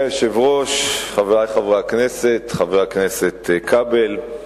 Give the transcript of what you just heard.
יושב-ראש הקואליציה, מזל טוב להולדת הבן.